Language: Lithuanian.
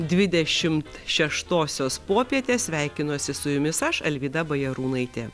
dvidešimt šeštosios popietę sveikinuosi su jumis aš alvyda bajarūnaitė